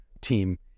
team